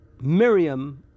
Miriam